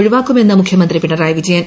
ഒഴിവാക്കുമെന്ന് മുഖ്യമന്ത്രി പിണറായി വിജയൻ